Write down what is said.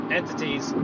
entities